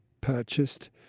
purchased